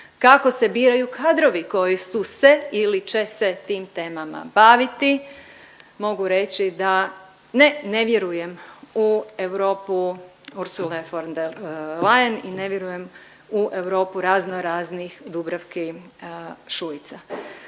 kako se biraju kadrovi koji su se ili će se tim temama baviti, mogu reći da ne, ne vjerujem u Europu Ursule von der Leyen i ne vjerujem u Europu razno raznih Dubravki Šuica.